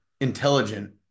intelligent